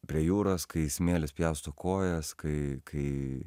prie jūros kai smėlis pjausto kojas kai kai